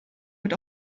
wird